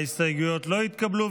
ההסתייגויות לא התקבלו.